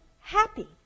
happy